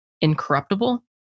Incorruptible